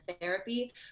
therapy